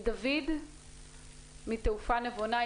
דוד מ"תעופה נבונה"